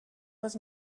was